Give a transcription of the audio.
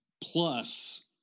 plus